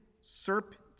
serpent